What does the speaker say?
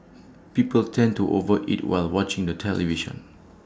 people tend to over eat while watching the television